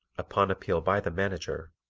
upon appeal by the manager,